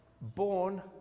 born